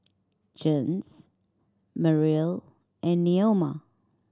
Jens Meryl and Neoma